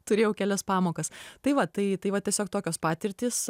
turėjau kelias pamokas tai va tai tai va tiesiog tokios patirtys